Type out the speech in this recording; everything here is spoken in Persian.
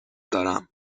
دارم